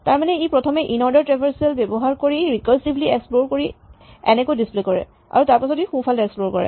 তাৰমানে ই প্ৰথমে ইনঅৰ্ডাৰ ট্ৰেভাৰছেল ব্যৱহাৰ কৰি ৰিকাৰছিভলী এক্সপ্লৰ কৰি এনেকৈ ডিছপ্লে কৰে আৰু তাৰপাছত ই সোঁফালে এক্সপ্লৰ কৰে